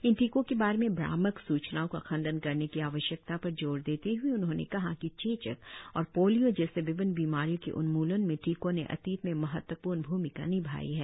इन टीकों के बारे में भ्रामक सूचनाओं का खंडन करने की आवश्यकता पर जोर देते हए उन्होंने ने कहा कि चेचक और पोलियो जैसी विभिन्न बीमारियों के उन्मूलन में टीकों ने अतीत में महत्वपूर्ण भूमिका निभाई है